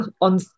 on